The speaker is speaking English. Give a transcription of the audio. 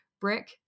brick